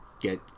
get